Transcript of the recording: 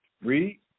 Read